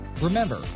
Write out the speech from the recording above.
Remember